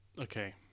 Okay